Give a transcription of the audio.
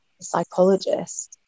psychologist